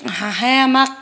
হাঁহে আমাক